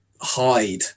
hide